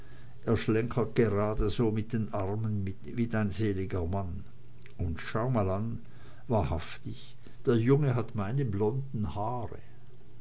er schlenkert gerade so mit den armen wie dein seliger mann und schau mal an wahrhaftig der junge hat meine blonden haare